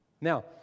Now